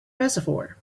reservoir